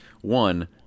One